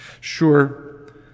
Sure